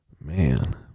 Man